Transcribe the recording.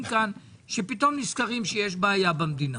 כאן שפתאום נזכרים שיש בעיה במדינה.